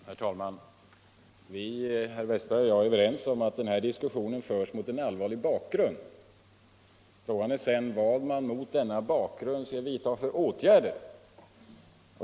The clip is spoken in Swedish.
Herr talman! Herr Wästberg i Stockholm och jag är överens om att dennau diskussion förs mot en allvarlig bakgrund. Frågan är då vad man mot denna bakgrund skall vidta för åtgärder.